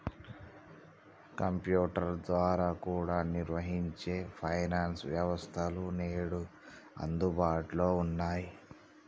computer ద్వారా కూడా నిర్వహించే ఫైనాన్స్ వ్యవస్థలు నేడు అందుబాటులో ఉన్నయ్యి